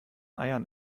eiern